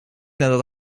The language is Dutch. nadat